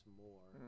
more